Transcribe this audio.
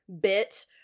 bit